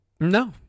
No